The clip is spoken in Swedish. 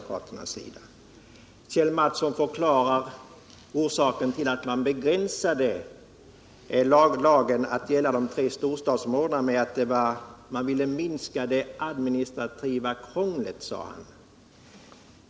Kjell Mattsson förklarade orsaken till att man begränsade lagen till att gälla de tre storstadsområdena med att man ville minska det administrativa krånglet.